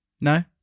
No